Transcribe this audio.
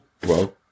bro